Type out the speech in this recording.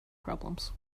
problems